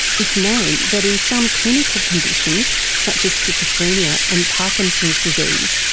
it's known that in some clinical conditions such as schizophrenia and parkinson's disease,